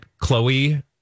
Chloe